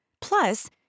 Plus